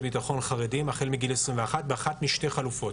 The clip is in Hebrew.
ביטחון חרדים החל מגיל 21 באחת משתי חלופות: